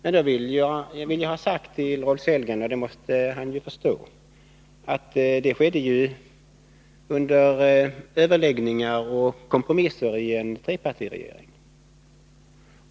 Jag vill då till Rolf Sellgren säga — det måste han kunna förstå — att den utformades under överläggningar och kompromisser i en trepartiregering.